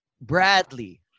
Bradley